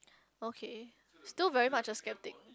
okay still very much a skeptic